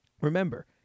Remember